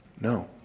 No